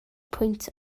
pwynt